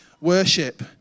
worship